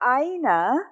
Aina